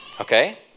Okay